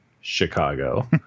Chicago